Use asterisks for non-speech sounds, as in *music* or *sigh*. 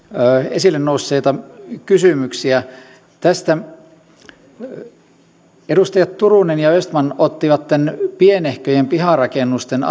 esille nousseita kysymyksiä edustajat turunen ja östman ottivat tämän pienehköjen piharakennusten *unintelligible*